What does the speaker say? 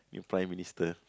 new Prime Minister